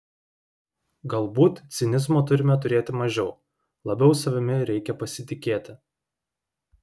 galbūt cinizmo turime turėti mažiau labiau savimi reikia pasitikėti